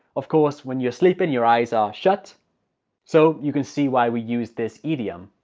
of course when you're sleeping your eyes are shut so you can see why we use this idiom.